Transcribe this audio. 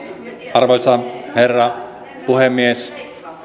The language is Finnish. arvoisa herra puhemies